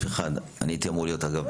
האלה הולכים להשתלב,